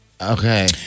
Okay